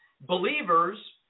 Believers